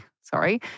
sorry